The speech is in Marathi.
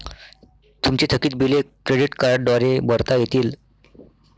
तुमची थकीत बिले क्रेडिट कार्डद्वारे भरता येतील